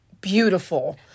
beautiful